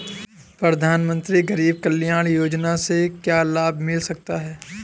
प्रधानमंत्री गरीब कल्याण योजना से क्या लाभ मिल सकता है?